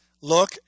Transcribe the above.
look